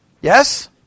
Yes